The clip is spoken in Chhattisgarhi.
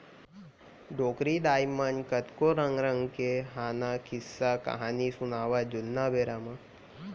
डोकरी दाइ मन कतको रंग रंग के हाना, किस्सा, कहिनी सुनावयँ जुन्ना बेरा म